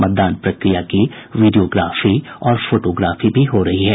मतदान प्रक्रिया की वीडियोग्राफी और फोटोग्राफी भी हो रही है